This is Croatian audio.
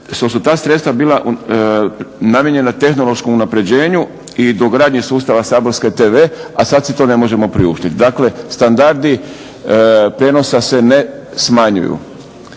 što su ta sredstva bila namijenjena tehnološkom unapređenju i dogradnje sustava Saborske TV a sada si to ne možemo priuštiti. Dakle, standardi prijenosa se ne smanjuju